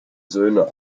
söhne